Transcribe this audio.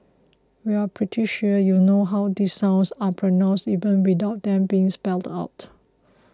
we are pretty sure you know how these sounds are pronounced even without them being spelled out